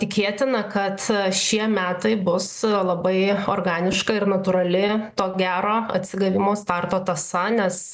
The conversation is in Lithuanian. tikėtina kad šie metai bus labai organiška ir natūrali to gero atsigavimo starto tąsa nes